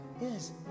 Yes